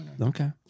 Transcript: Okay